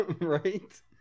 Right